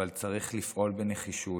אבל צריך לפעול בנחישות,